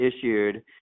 issued